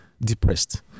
depressed